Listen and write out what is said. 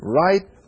right